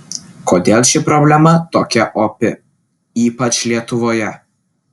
kodėl ši problema tokia opi ypač lietuvoje